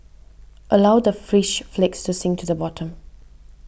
allow the fish flakes to sink to the bottom